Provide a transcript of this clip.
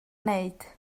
gwneud